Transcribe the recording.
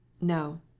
No